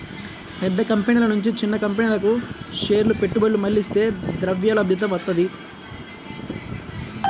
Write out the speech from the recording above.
పెద్ద కంపెనీల నుంచి చిన్న కంపెనీలకు షేర్ల పెట్టుబడులు మళ్లిస్తే ద్రవ్యలభ్యత వత్తది